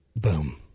Boom